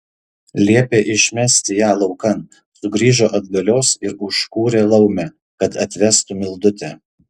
liepė išmesti ją laukan sugrįžo atgalios ir užkūrė laumę kad atvestų mildutę